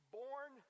born